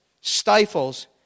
stifles